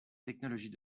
technologie